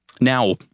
Now